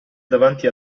davanti